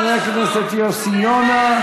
חבר הכנסת יוסי יונה.